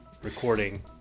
recording